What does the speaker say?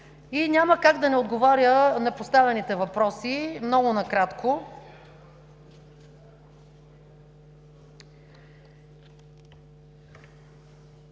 Няма как да не отговоря на поставените въпроси – много накратко.